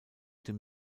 dem